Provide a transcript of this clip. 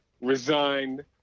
resigned